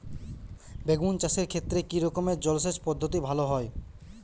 বেগুন চাষের ক্ষেত্রে কি রকমের জলসেচ পদ্ধতি ভালো হয়?